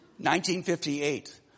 1958